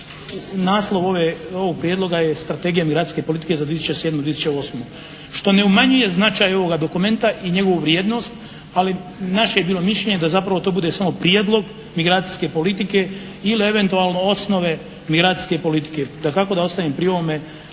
naslov ovog prijedloga je strategija migracijske politike za 2007.-2008. što ne umanjuje značaj ovoga dokumenta i njegovu vrijednost, ali naše je bilo mišljenje da zapravo to bude samo prijedlog migracijske politike ili eventualno osnove migracijske politike. Dakako da ostajem pri ovome